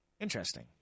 Interesting